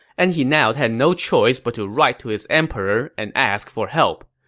and he now had no choice but to write to his emperor and ask for help.